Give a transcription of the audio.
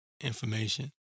information